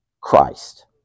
Christ